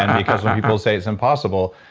and because when people say it's impossible,